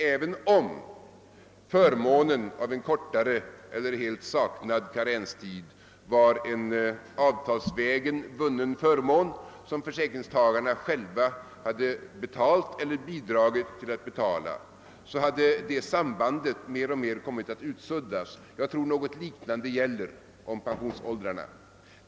Även om förmånen av en kortare eller helt saknad karenstid var en avtalsvägen vunnen förmån som försäkringstagarna själva hade betalt eller bidragit till att betala hade det sambandet mer och mer kommit att utsuddas. Jag tror att något liknande gäller beträffande pensionsåldrarna.